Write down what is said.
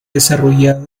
desarrollado